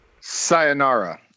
sayonara